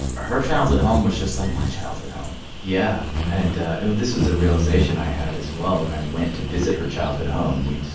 her childhood home was just like my childhood home yeah, and this is a realization i had as well when i went to visit her childhood home. we just